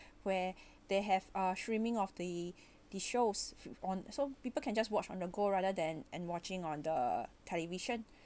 where they have uh streaming of the the shows on so people can just watch on the go rather than and watching on the television